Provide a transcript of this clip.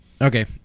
Okay